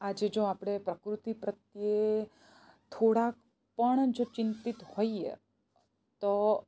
આજે જો આપણે પ્રકૃતિ પ્રત્યે થોડાક પણ જો ચિંતિત હોઈએ તો